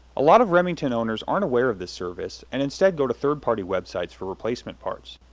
a lot of remington owners aren't aware of this service, and instead go to third party websites for replacement parts.